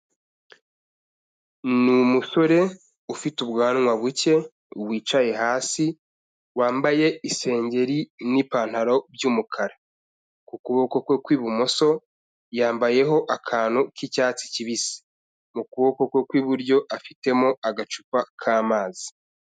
Ni umusore ufite ubwanwa buke wicaye hasi, wambaye isengeri n'ipantaro by'umukara, ku kuboko kwe kw'ibumoso yambayeho akantu k'icyatsi kibisi, mu kuboko kwe kw'iburyo afitemo agacupa k'amazi.